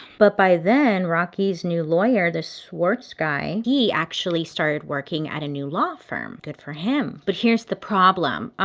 but by then, rocky's new lawyer, this schwarz guy, he actually started working at a new law firm. good for him. but here's the problem,